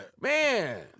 man